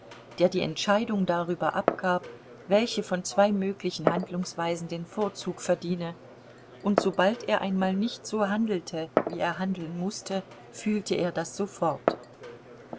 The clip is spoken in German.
der die entscheidung darüber abgab welche von zwei möglichen handlungsweisen den vorzug verdiene und sobald er einmal nicht so handelte wie er handeln mußte fühlte er das sofort